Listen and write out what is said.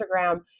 Instagram